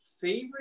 favorite